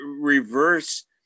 reverse